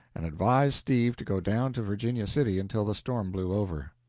and advised steve to go down to virginia city until the storm blew over.